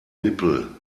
nippel